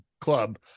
club